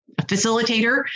facilitator